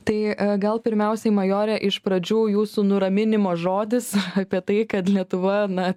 tai gal pirmiausiai majore iš pradžių jūsų nuraminimo žodis apie tai kad lietuva na